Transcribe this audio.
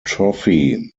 trophy